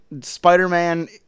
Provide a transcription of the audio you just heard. Spider-Man